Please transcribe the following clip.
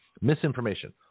Misinformation